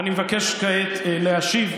ואני מבקש כעת להשיב,